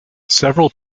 several